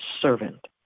servant